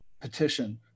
petition